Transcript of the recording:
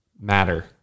matter